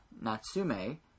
Natsume